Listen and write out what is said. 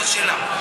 לא שלה.